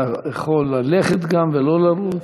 אתה יכול ללכת גם, ולא לרוץ.